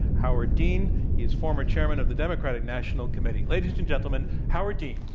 howard dean. he is former chairman of the democratic national committee. ladies and gentlemen, howard dean.